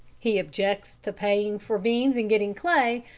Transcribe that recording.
he objects to paying for beans and getting clay.